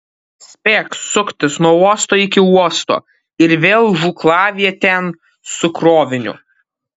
spėk suktis nuo uosto iki uosto ir vėl žūklavietėn su kroviniu